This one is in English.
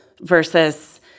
versus